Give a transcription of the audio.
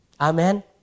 Amen